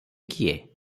କିଏ